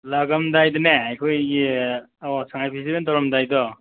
ꯂꯥꯛꯑꯝꯗꯥꯏꯗꯅꯦ ꯑꯩꯈꯣꯏꯒꯤ ꯁꯉꯥꯏ ꯐꯦꯁꯇꯤꯚꯦꯜ ꯇꯧꯔꯝꯗꯥꯏꯗꯣ